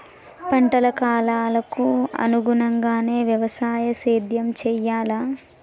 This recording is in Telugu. పంటల కాలాలకు అనుగుణంగానే వ్యవసాయ సేద్యం చెయ్యాలా?